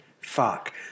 Fuck